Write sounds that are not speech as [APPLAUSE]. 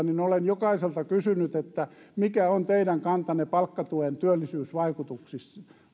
[UNINTELLIGIBLE] niin olen jokaiselta kysynyt että mikä on teidän kantanne palkkatuen työllisyysvaikutuksiin